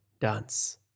dance